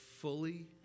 fully